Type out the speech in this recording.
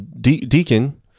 Deacon